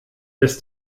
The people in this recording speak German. des